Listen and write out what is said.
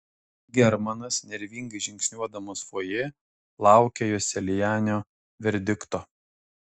germanas nervingai žingsniuodamas fojė laukė joselianio verdikto